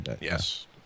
yes